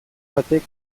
batek